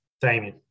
Damien